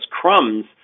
crumbs